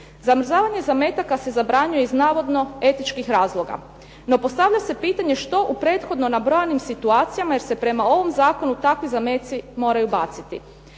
Zamrzavanje zametaka se zabranjuje iz navodno etičkih razloga. No, postavlja se pitanje što u prethodno nabrojanim situacijama, jer se prema ovom zakonu takvi zameci moraju baciti.